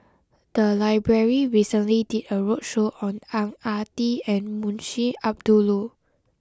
the library recently did a roadshow on Ang Ah Tee and Munshi Abdullah